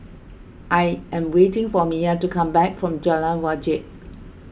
I am waiting for Miya to come back from Jalan Wajek